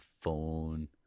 phone